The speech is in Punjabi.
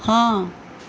ਹਾਂ